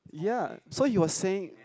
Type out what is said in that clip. ya so you were saying